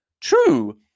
True